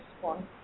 one